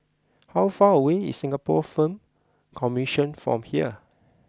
how far away is Singapore Film Commission from here